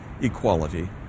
equality